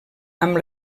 amb